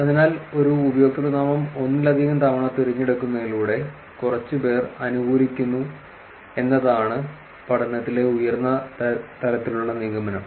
അതിനാൽ ഒരു ഉപയോക്തൃനാമം ഒന്നിലധികം തവണ തിരഞ്ഞെടുക്കുന്നതിലൂടെ കുറച്ചുപേർ അനുകൂലിക്കുന്നു എന്നതാണ് പഠനത്തിലെ ഉയർന്ന തലത്തിലുള്ള നിഗമനം